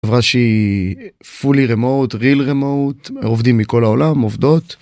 חברה שהיא fully remote, real remote עובדים מכל העולם, עובדות.